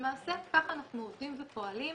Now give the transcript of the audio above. למעשה ככה אנחנו עובדים ופועלים,